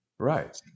Right